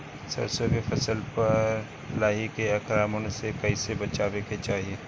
सरसो के फसल पर लाही के आक्रमण से कईसे बचावे के चाही?